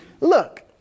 Look